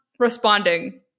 Responding